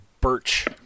birch